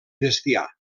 bestiar